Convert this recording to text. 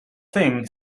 thing